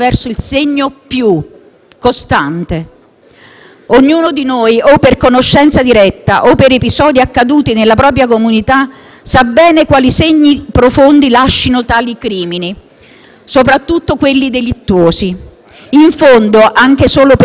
Ognuno di noi, o per conoscenza diretta o per episodi accaduti nella propria comunità, sa bene quali segni profondi lascino tali crimini, soprattutto quelli delittuosi. In fondo, anche solo per un attimo, siamo tutti colpevoli.